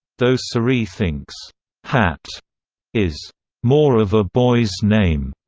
though so cerie thinks hat is more of a boy's name.